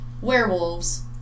werewolves